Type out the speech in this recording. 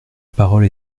parole